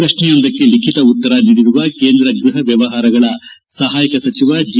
ಪ್ರಶ್ನೆಯೊಂದಕ್ಕೆ ಲಿಖಿತ ಉತ್ತರ ನೀಡಿರುವ ಕೇಂದ್ರ ಗ್ಬಹ ವ್ಯವಹಾರಗಳ ಸಹಾಯಕ ಸಚಿವ ಜಿ